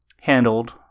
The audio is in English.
handled